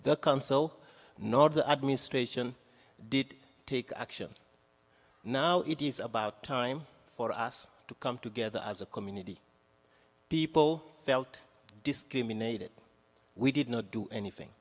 console not the administration did take action now it is about time for us to come together as a community people felt discriminated we did not do anything